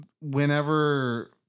whenever